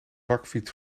bakfiets